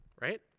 right